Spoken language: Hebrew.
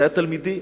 שהיה תלמידי,